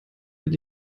will